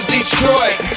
Detroit